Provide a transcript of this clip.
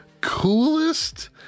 coolest